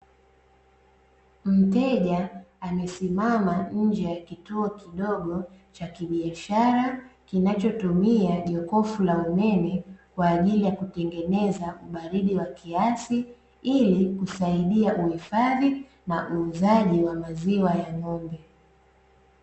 Mteja amesimama nje ya kituo kidogo cha kibiashara, kinachotumia jokofu la umeme kwa ajili ya kutengeneza ubaridi wa kiasi, ili kusaidia uhifadhi na uuzaji wa maziwa ya ng'ombe.